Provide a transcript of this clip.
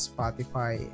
Spotify